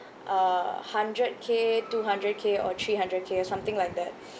uh hundred K two hundred K or three hundred K something like that